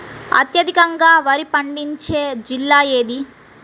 అత్యధికంగా వరి పండించే జిల్లా ఏది?